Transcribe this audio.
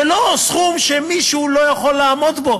זה לא סכום שמישהו לא יכול לעמוד בו.